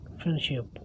Friendship